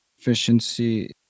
Efficiency